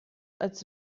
als